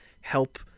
help